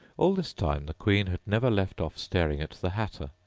all this time the queen had never left off staring at the hatter,